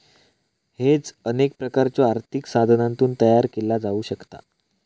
hedge अनेक प्रकारच्यो आर्थिक साधनांतून तयार केला जाऊ शकता